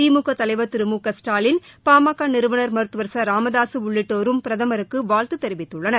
திமுக தலைவர் திரு மு க ஸ்டாலின் பாமக நிறுவனர் மருத்துவர் ச ராமதாசு உள்ளிட்டோரும் பிரதமருக்கு வாழ்த்து தெரிவித்துள்ளனர்